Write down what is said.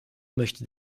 möchte